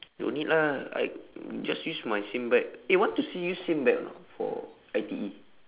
no need lah I just use my same bag eh want to still use same bag or not for I_T_E